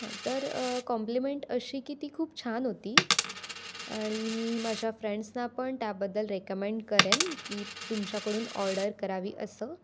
हां तर कॉम्प्लिमेंट अशी की ती खूप छान होती आणि मी माझ्या फ्रेंड्सना पण त्याबद्दल रेकमेण्ड करेन की तुमच्याकडून ऑर्डर करावी असं